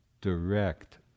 direct